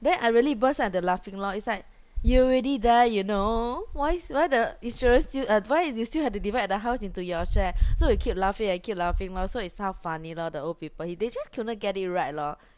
then I really burst out into laughing lor it's like you already die you know why why the insurance still uh why you still have to divide the house into your share so we keep laughing and keep laughing lor so it's how funny lor the old people he they just couldn't get it right lor